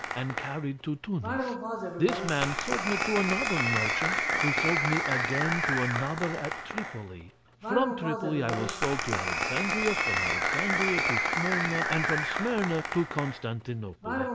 and carried to tunis this man sold me to another merchant, who sold me again to another at tripoli from tripoli i was sold to alexandria, from alexandria to smyrna, and from smyrna to constantinople.